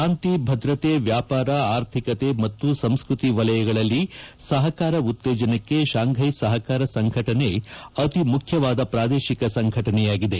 ಶಾಂತಿ ಭದ್ರತೆ ವ್ಯಾಪಾರ ಆರ್ಥಿಕತೆ ಮತ್ತು ಸಂಸ್ಕೃತಿ ವಲಯಗಳಲ್ಲಿ ಸಹಕಾರ ಉತ್ತೇಜನಕ್ಕೆ ಶಾಂಘೈ ಸಹಕಾರ ಸಂಘಟನೆ ಅತಿ ಮುಖ್ಯವಾದ ಪ್ರಾದೇಶಿಕ ಸಂಘಟನೆಯಾಗಿದೆ